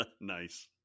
Nice